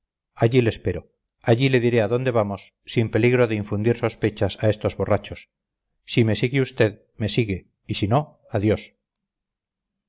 allí le espero allí le diré a dónde vamos sin peligro de infundir sospechas a estos borrachos si me sigue usted me sigue y si no adiós